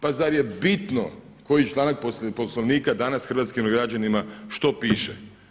Pa zar je bitno koji članak Poslovnika danas hrvatskim građanima što piše.